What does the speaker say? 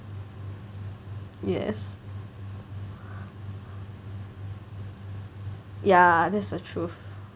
yes ya that's the truth